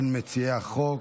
ממציעי החוק,